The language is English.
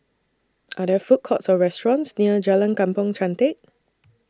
Are There Food Courts Or restaurants near Jalan Kampong Chantek